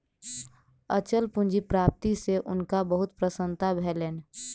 अचल पूंजी प्राप्ति सॅ हुनका बहुत प्रसन्नता भेलैन